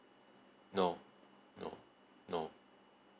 no no no